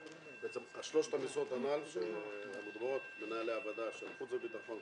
שלושת המשרות הנ"ל מנהלי ועדת חוץ וביטחון,